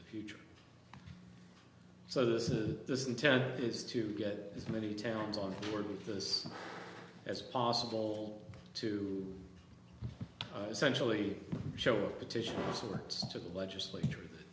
the future so this is this intent is to get as many towns on board with this as possible to essentially show a petition to the legislature